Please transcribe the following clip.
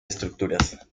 estructuras